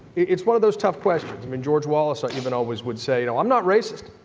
it's one of those tough questions. i mean, george wallace ah even always would say you know i'm not raceist,